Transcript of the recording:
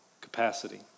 capacity